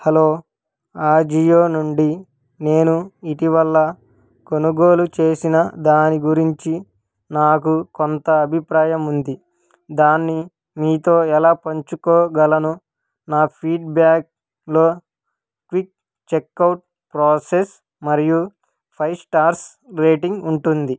hello Ajio నుండి నేను ఇటీవల కొనుగోలు చేసిన దాని గురించి నాకు కొంత అభిప్రాయం ఉంది దాన్ని మీతో ఎలా పంచుకోగలను నా ఫీడ్బ్యాక్లో క్విక్ చెక్అవుట్ ప్రాసెస్ మరియు ఫై స్టార్స్ రేటింగ్ ఉంటుంది